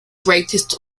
greatest